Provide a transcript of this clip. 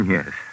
Yes